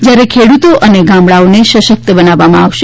જ્યારે ખેડૂતો અને ગામડાઓને સશક્ત બનાવવામાં આવશે